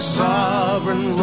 sovereign